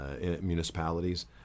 municipalities